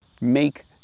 Make